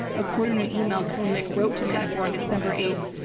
according to the email kilimnik wrote to manafort on december eighth,